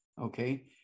okay